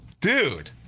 Dude